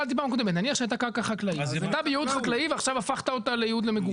נניח שהיתה קרקע בייעוד חקלאי ועכשיו הפכת אותה לייעוד למגורים.